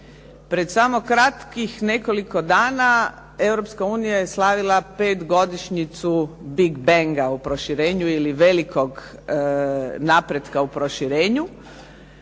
Pred samo kratkih nekoliko dana Europska unija je slavila 5 godišnjicu big banga u proširenju ili velikog napretka u proširenju